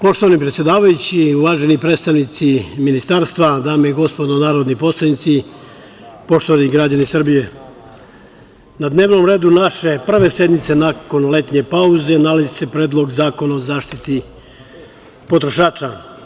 Poštovani predsedavajući, uvaženi predstavnici Ministarstva, dame i gospodo narodni poslanici, poštovani građani Srbije na dnevnom redu naše prve sednice nakon letnje pauze nalazi se Predlog zakona o zaštiti potrošača.